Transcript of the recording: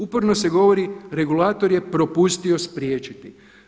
Uporno se govori regulator je propustio spriječiti.